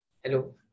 Hello